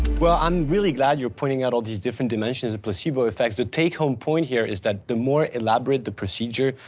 well, i'm really glad you're pointing out all these different dimensions of placebo effects the take home point here is that the more elaborate the procedure,